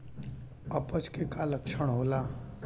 अपच के का लक्षण होला?